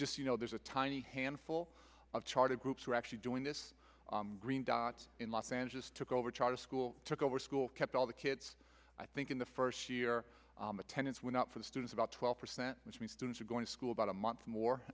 just you know there's a tiny handful of charta groups who are actually doing this green dots in los angeles took over charter school took over school kept all the kids i think in the first year attendance were not for the students about twelve percent which means doing going to school about a month more